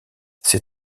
ses